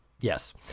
Yes